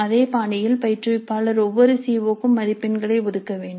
அதே பாணியில் பயிற்றுவிப்பாளர் ஒவ்வொரு சி ஓ க்கும் மதிப்பெண்களை ஒதுக்க வேண்டும்